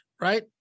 right